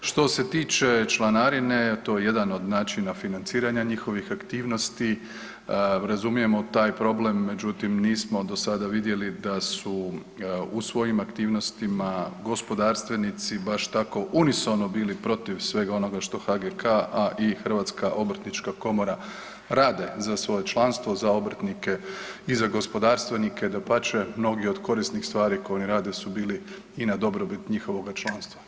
Što se tiče članarine to je jedan od načina financiranja njihovih aktivnosti, razumijemo taj problem, međutim nismo do sada vidjeli da su u svojim aktivnostima gospodarstvenici baš tako unisono bili protiv svega onoga što HGK, a i HOK rade za svoje članstvo, za obrtnike i za gospodarstvenike, dapače, mnogi od korisnih stvari koje rade su bili i na dobrobit njihovoga članstva.